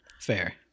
Fair